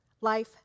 Life